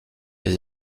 les